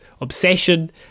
obsession